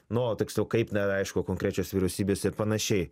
nu o tiksliau kaip dar aišku konkrečios vyriausybės ir panašiai